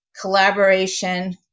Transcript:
collaboration